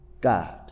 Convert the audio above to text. God